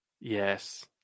Yes